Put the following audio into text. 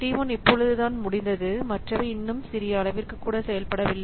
T1 இப்பொழுதுதான் முடிந்தது மற்றவை இன்னும் சிறிய அளவிற்கு கூட செயல்படவில்லை